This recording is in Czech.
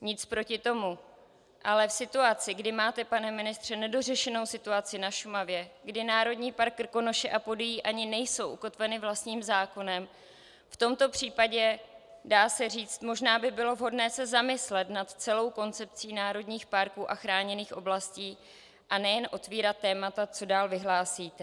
Nic proti tomu, ale v situaci, kdy máte, pane ministře, nedořešenou situaci na Šumavě, kdy Národní park Krkonoše a Podyjí ani nejsou ukotveny vlastním zákonem, v tomto případě by, dá se říci, možná bylo vhodné se zamyslet nad celou koncepcí národních parků a chráněných oblastí a nejen otevírat témata, co dál vyhlásíte.